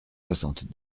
soixante